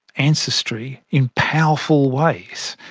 ancestry in powerful ways,